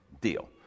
deal